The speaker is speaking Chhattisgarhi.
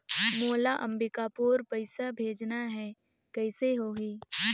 मोला अम्बिकापुर पइसा भेजना है, कइसे होही?